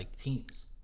teams